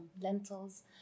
lentils